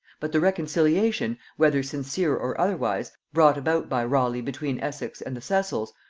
but the reconciliation, whether sincere or otherwise, brought about by raleigh between essex and the cecils,